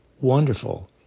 wonderful